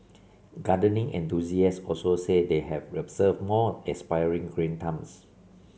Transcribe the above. gardening enthusiasts also say that they have observed more aspiring green thumbs